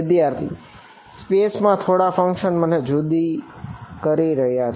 વિદ્યાર્થી સ્પેસ તેમને જુદા કરી રહ્યા છે